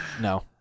no